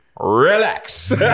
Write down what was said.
Relax